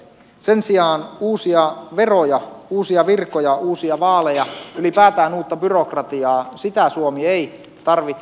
sen sijaan uusia veroja uusia virkoja uusia vaaleja ylipäätään uutta byrokratiaa niitä suomi ei tarvitse